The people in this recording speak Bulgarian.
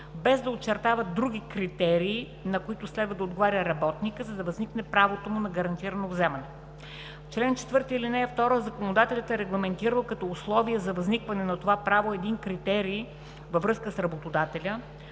без да очертават други критерии, на които следва да отговаря работникът, за да възникне правото му на гарантирано вземане. В член 4, ал. 2 законодателят е регламентирал като условие за възникване на това право един критерий във връзка с работодателя,